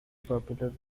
popular